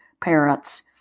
parents